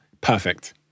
perfect